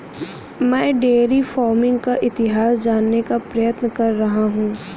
मैं dairy farming का इतिहास जानने का प्रयत्न कर रहा हूं